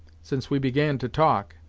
since we began to talk.